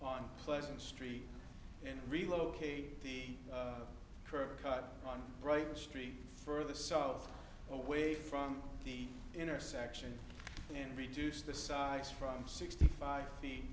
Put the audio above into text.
on pleasant street and relocate the curb cut one bright street further south away from the intersection and reduce the size from sixty five feet